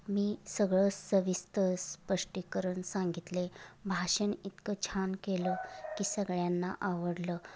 मी सगळं सविस्तर स्पष्टीकरण सांगितले भाषण इतकं छान केलं की सगळ्यांना आवडलं